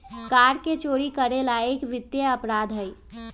कर के चोरी करे ला एक वित्तीय अपराध हई